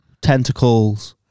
tentacles